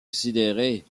considérer